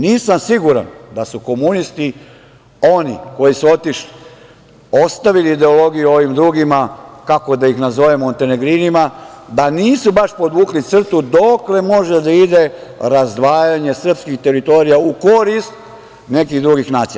Nisam siguran da su komunisti, oni koji su otišli, ostavili ideologiju ovim drugima, kako da ih nazovemo, montenegrinima, da nisu baš podvukli crtu dokle može da ide razdvajanje srpskih teritorija u korist nekih drugih nacija.